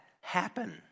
happen